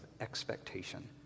expectation